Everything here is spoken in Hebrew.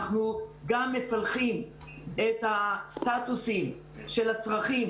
אנחנו גם מפלחים את הסטטוסים של הצרכים